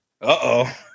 Uh-oh